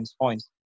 points